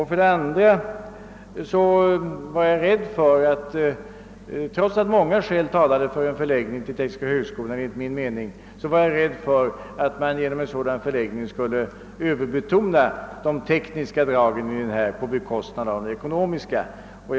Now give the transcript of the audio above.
För det andra var jag — trots att många skäl talade för en förläggning till tekniska högskolan — rädd för att man genom en sådan förläggning skulle överbetona de tekniska dragen på bekostnad av de samhällsekonomiska.